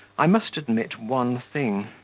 i must admit one thing.